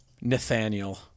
Nathaniel